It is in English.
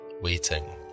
waiting